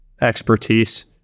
expertise